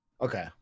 Okay